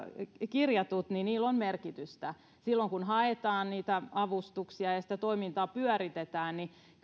kirjattu niin niillä on merkitystä silloin kun haetaan niitä avustuksia ja sitä toimintaa pyöritetään niin